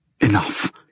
Enough